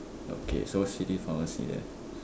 okay so city pharmacy then